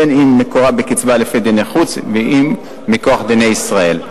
בין שמקורה בקצבה לפי דיני חוץ ובין מכוח דיני ישראל,